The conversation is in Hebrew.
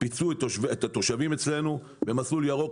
פיצו את התושבים אצלנו במסלול ירוק,